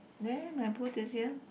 there my booth is here